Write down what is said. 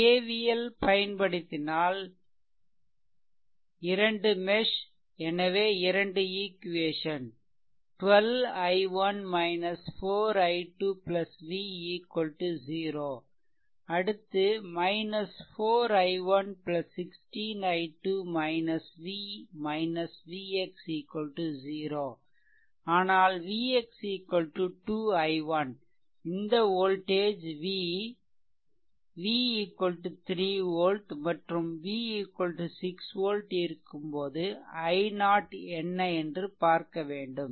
KVL பயன்படுத்தினால் 2 mesh எனவே 2 equation 12 i1 4 i2 v 0 அடுத்து 4 i1 16 i2 v vx 0 ஆனால் vx 2 i1 இந்த வோல்டேஜ் v v 3 volt மற்றும் v 6 volts இருக்கும்போது i0 என்ன என்று பார்க்க வேண்டும்